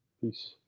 Peace